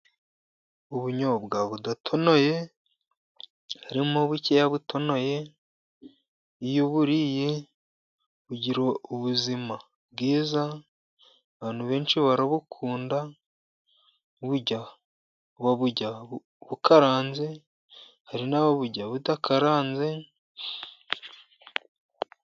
Ubunyobwa budatonoye harimo bukeya budatonoye iyo buriye ugira ubuzima bwiza. Abantu benshi barabukunda baburya bukaranze hari n'ababurya budakaranze.